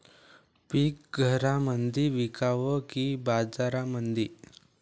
पीक घरामंदी विकावं की बाजारामंदी?